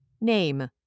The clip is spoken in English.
Name